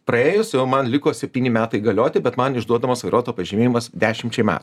praėjus jau man liko septyni metai galioti bet man išduodamas vairuotojo pažymėjimas dešimčiai metų